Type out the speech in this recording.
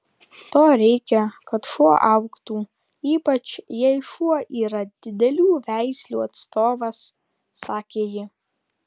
to reikia kad šuo augtų ypač jei šuo yra didelių veislių atstovas sakė ji